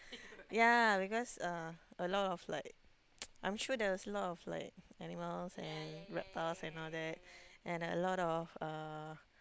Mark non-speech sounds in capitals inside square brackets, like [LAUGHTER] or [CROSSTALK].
ya because uh a lot of like [NOISE] I'm sure there's a lot of like animals and reptiles and all that and a lot of uh